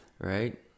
right